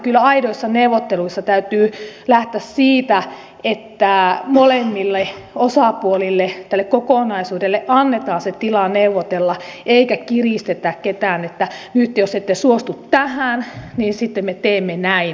kyllä aidoissa neuvotteluissa täytyy lähteä siitä että molemmille osapuolille tälle kokonaisuudelle annetaan se tila neuvotella eikä kiristetä ketään niin että nyt jos ette suostu tähän niin sitten me teemme näin